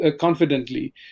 confidently